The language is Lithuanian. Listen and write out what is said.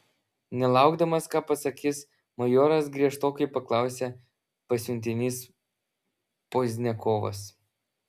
nelaukdamas ką pasakys majoras griežtokai paklausė pasiuntinys pozdniakovas